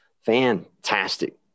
fantastic